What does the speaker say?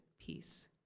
peace